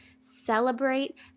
celebrate